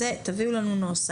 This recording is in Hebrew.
תביאו לנו נוסח.